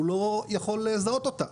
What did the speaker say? הוא לא יכול לזהות אותה.